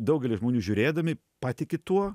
daugelis žmonių žiūrėdami patiki tuo